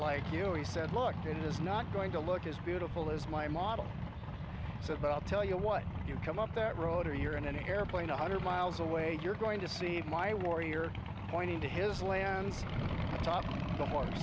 like you he said looked it is not going to look as beautiful as my model does but i'll tell you what you come up that road or you're in an airplane a hundred miles away you're going to see my warrior pointing to his land